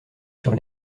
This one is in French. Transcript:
sur